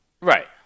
Right